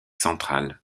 centrale